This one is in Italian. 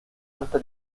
alta